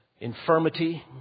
infirmity